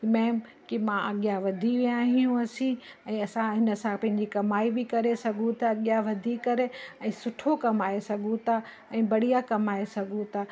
कि मैम कि मां अॻियां वधी विया आहियूं असीं ऐं असां हिन सां पंहिंजी कमाई बि करे सघूं था अॻियां वधी करे ऐं सुठो कमाए सघूं था ऐं बढ़िया कमाए सघूं था